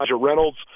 Reynolds